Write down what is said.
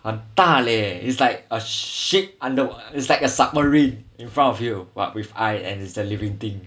很大 leh it's like a ship underwa~ is like a submarine in front of you but with eye and is the living thing